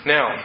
Now